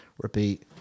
repeat